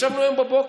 ישבנו היום בבוקר.